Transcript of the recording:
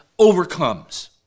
overcomes